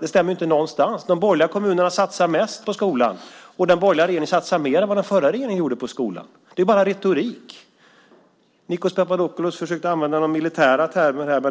Det stämmer inte någonstans. De borgerliga kommunerna satsar mest på skolan. Den borgerliga regeringen satsar mer på skolan än den förra regeringen gjorde. Nikos Papadopoulos ord är bara retorik. Nikos Papadopoulos försökte använda militära termer här.